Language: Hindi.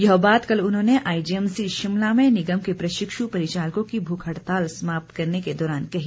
यह बात कल उन्होंने आईजीएमसी शिमला में निगम के प्रशिक्षु परिचालकों की भूख हड़ताल समाप्त करने के दौरान कहीं